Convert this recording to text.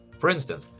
for instance,